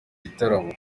gitaramo